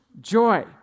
Joy